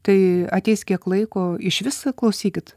tai ateis kiek laiko išvis klausykit